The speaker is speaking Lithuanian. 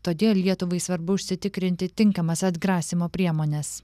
todėl lietuvai svarbu užsitikrinti tinkamas atgrasymo priemones